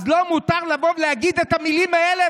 אז לו מותר לבוא ולהגיד את המילים האלה,